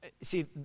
See